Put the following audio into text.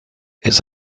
its